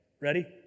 Ready